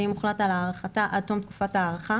ואם הולט על הארכתה עד תום תקופת ההארכה